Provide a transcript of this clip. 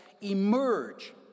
emerge